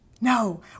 No